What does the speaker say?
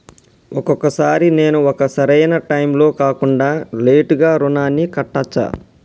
ఒక్కొక సారి నేను ఒక సరైనా టైంలో కాకుండా లేటుగా రుణాన్ని కట్టచ్చా?